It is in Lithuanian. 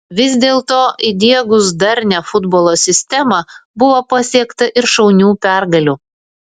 vis dėlto įdiegus darnią futbolo sistemą buvo pasiekta ir šaunių pergalių